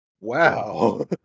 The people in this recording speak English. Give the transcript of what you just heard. Wow